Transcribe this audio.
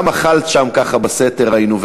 גם אכלת שם, ככה, בסתר, ראינו.